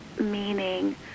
Meaning